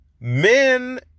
Men